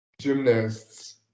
gymnasts